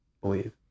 believe